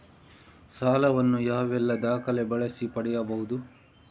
ಸಾಲ ವನ್ನು ಯಾವೆಲ್ಲ ದಾಖಲೆ ಬಳಸಿ ಪಡೆಯಬಹುದು?